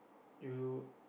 you